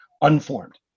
unformed